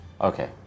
Okay